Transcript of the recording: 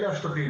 אלה השטחים.